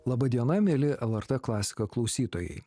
laba diena mieli el er t klasika klausytojai